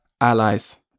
allies